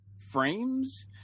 frames